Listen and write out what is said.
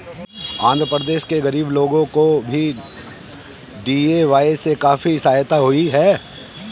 आंध्र प्रदेश के गरीब लोगों को भी डी.ए.वाय से काफी सहायता हुई है